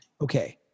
okay